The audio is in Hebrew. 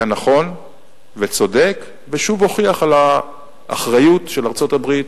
היה נכון וצודק ושוב הוכיח את האחריות של ארצות-הברית,